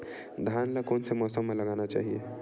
धान ल कोन से मौसम म लगाना चहिए?